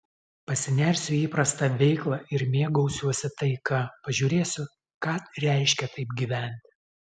pasinersiu į įprastą veiklą ir mėgausiuosi taika pažiūrėsiu ką reiškia taip gyventi